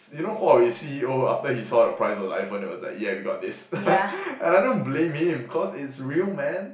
you know Huawei C_E_O after he saw the price of the iPhone he was like yeah we got this and I don't blame him cause it's real man